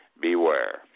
Beware